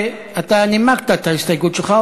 אתה נימקת את ההסתייגות שלך,